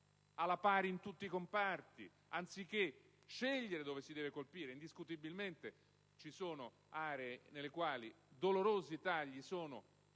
alla pari, in tutti i comparti, anziché scegliere dove si deve colpire. Indiscutibilmente, ci sono aree nelle quali dolorosi tagli sono